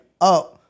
up